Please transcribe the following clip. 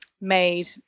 made